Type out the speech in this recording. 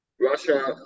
Russia